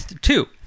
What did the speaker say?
two